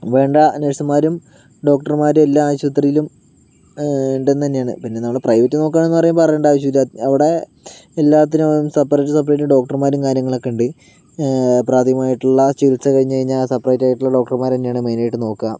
വേണ്ട നേഴ്സ്സമാരും ഡോക്ടർമാരും എല്ലാ ആശുപത്രിയിലും ഉണ്ടെന്ന് തന്നെയാണ് പിന്നെ നമ്മൾ പ്രൈവറ്റ് നോക്കുകയാണെന്ന് പറയുമ്പോൾ പറയേണ്ട ആവശ്യമില്ല അവിടെ എല്ലാത്തിനും സെപ്പറേറ്റ് സെപ്പറേറ്റ് ഡോക്ടർമാരും കാര്യങ്ങളൊക്കെ ഉണ്ട് പ്രാഥമികമായിട്ടുള്ള ചികിത്സ കഴിഞ്ഞ് കഴിഞ്ഞാൽ സെപ്പറേറ്റായിട്ടുള്ള ഡോക്ടർമാർ തന്നെയാണ് മെയിനായിട്ട് നോക്കുക